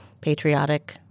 patriotic